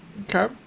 Okay